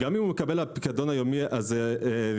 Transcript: גם אם הוא יקבל לפיקדון היומי הזה ריבית,